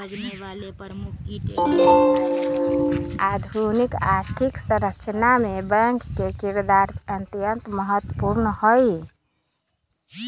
आधुनिक आर्थिक संरचना मे बैंक के किरदार अत्यंत महत्वपूर्ण हई